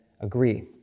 agree